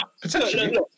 potentially